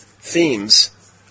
Themes